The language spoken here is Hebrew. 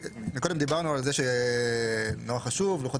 קודם לכן, דיברנו על חשיבות לוחות